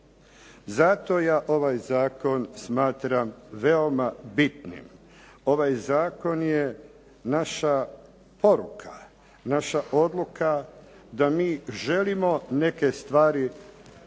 Zato ja ovaj zakon smatram veoma bitnim. Ovaj zakon je naša poruka, naša odluka da mi želimo neke stvari promijeniti